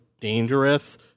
dangerous